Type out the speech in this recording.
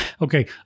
Okay